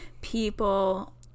people